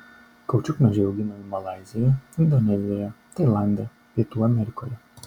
kaučiukmedžiai auginami malaizijoje indonezijoje tailande pietų amerikoje